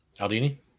aldini